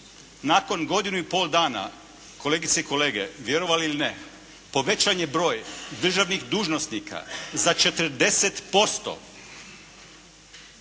nakon godinu i pol dana, kolegice i kolege vjerovali ili ne povećan je broj državnih dužnosnika za 40%,